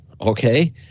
Okay